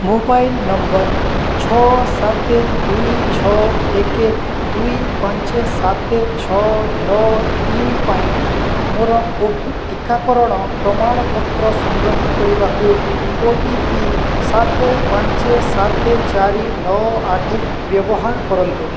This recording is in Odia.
ମୋବାଇଲ୍ ନମ୍ବର ଛଅ ସାତ ଦୁଇ ଛଅ ଏକ ଦୁଇ ପାଞ୍ଚ ସାତ ଛଅ ନଅ ତିନି ପାଇଁ ମୋର କୋଭିଡ଼୍ ଟିକାକରଣ ପ୍ରମାଣପତ୍ର ସଂଗ୍ରହ କରିବାକୁ ଓ ଟି ପି ସାତ ପାଞ୍ଚ ସାତ ଚାରି ନଅ ଆଠ ବ୍ୟବହାର କରନ୍ତୁ